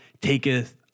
taketh